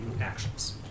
actions